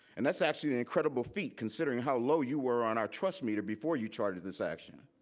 and that's actually an incredible feat considering how low you were on our trust meter before you chartered this action.